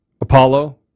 Apollo